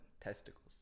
Testicles